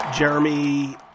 Jeremy